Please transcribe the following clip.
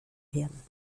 werden